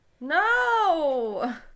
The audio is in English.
no